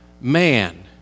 man